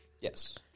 Yes